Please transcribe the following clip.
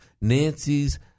Nancy's